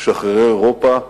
משחררי אירופה,